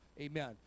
Amen